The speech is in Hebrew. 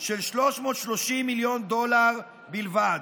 של 330 מיליון דולר בלבד,